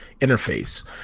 interface